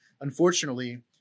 Unfortunately